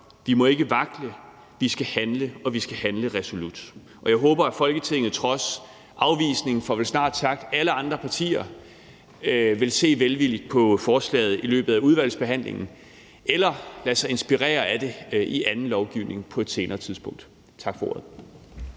Vi må ikke vakle. Vi skal handle, og vi skal handle resolut, og jeg håber, at Folketinget trods afvisningen fra vel snart sagt alle partier vil se velvilligt på forslaget i løbet af udvalgsbehandlingen eller lade sig inspirere af det i anden lovgivning på et senere tidspunkt. Tak for ordet.